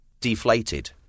deflated